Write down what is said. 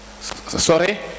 Sorry